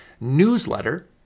newsletter